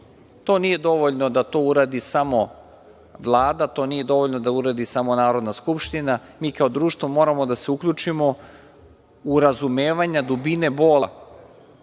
To nije dovoljno da to uradi samo Vlada. To nije dovoljno da uradi samo Narodna skupština. Mi kao društvo moramo da se uključimo u razumevanje dubine bola